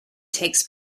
takes